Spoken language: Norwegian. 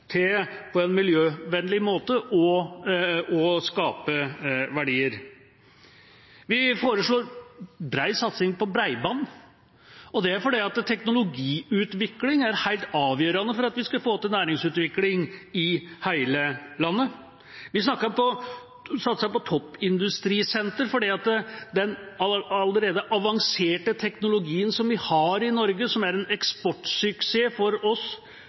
til på en miljøvennlig måte å skape verdier. Vi foreslår bred satsing på bredbånd. Det er fordi teknologiutvikling er helt avgjørende for at vi skal få til næringsutvikling i hele landet. Vi satser på toppindustrisenter fordi den allerede avanserte teknologien som vi har i Norge, som er en eksportsuksess for oss